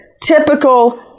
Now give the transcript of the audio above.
typical